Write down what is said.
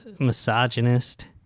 misogynist